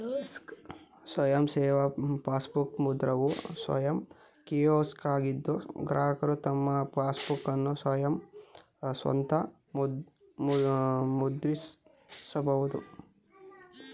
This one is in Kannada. ಸ್ವಯಂ ಸೇವಾ ಪಾಸ್ಬುಕ್ ಮುದ್ರಕವು ಸ್ವಯಂ ಕಿಯೋಸ್ಕ್ ಆಗಿದ್ದು ಗ್ರಾಹಕರು ತಮ್ಮ ಪಾಸ್ಬುಕ್ಅನ್ನ ಸ್ವಂತ ಮುದ್ರಿಸಬಹುದು